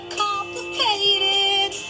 complicated